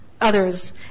others